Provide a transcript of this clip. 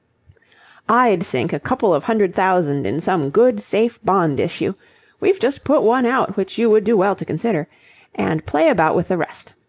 i'd sink a couple of hundred thousand in some good, safe bond-issue we've just put one out which you would do well to consider and play about with the rest.